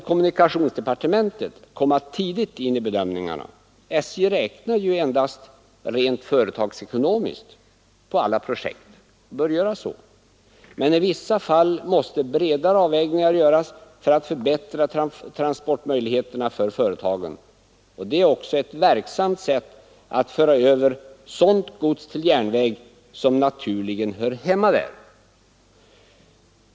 Kommunikationsdepartementet måste därför tidigt komma in i bedömningarna, eftersom SJ endast räknar rent företagsekonomiskt på alla projekt — och även bör göra så. Men i vissa fall måste bredare avvägningar göras för att förbättra transportmöjligheterna för företagen. Det är också ett verksamt sätt att föra över sådant gods till järnväg som naturligen hör hemma där.